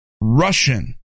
Russian